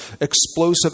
explosive